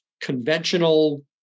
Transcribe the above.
conventional